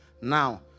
Now